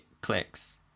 clicks